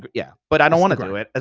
but yeah but i don't want to do it. ah